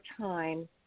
time